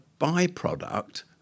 byproduct